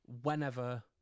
whenever